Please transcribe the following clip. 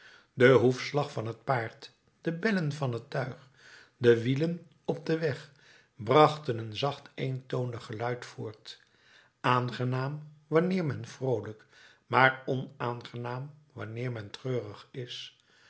de hoefslag van het paard de bellen van het tuig de wielen op den weg brachten een zacht eentonig geluid voort aangenaam wanneer men vroolijk maar onaangenaam wanneer men treurig is